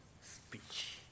speech